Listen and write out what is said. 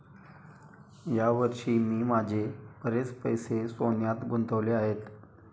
या वर्षी मी माझे बरेच पैसे सोन्यात गुंतवले आहेत